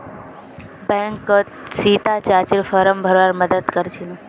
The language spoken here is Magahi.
बैंकत सीता चाचीर फॉर्म भरवार मदद कर छिनु